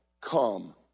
come